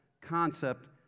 concept